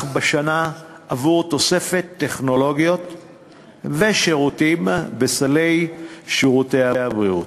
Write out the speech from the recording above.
בשנה עבור תוספת טכנולוגיות ושירותים בסל שירותי הבריאות.